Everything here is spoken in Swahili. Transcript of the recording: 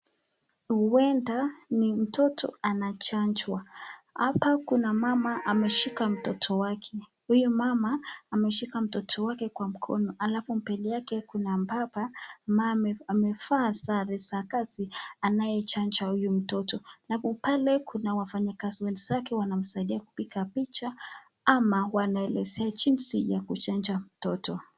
Huenda ni mtoto anachanjwa. Hapa kuna mama ameshika mtoto wake. Huyu mama ameshika mtoto wake kwa mkono alafu mbele yake kuna mbaba ambaye amevaa sare za kazi anayechanja huyu mtoto. Na pale kuna wafanyakazi wenzake wanamsaidia kupiga picha ama wanaelezea jinsi ya kuchanja mtoto.